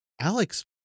Alex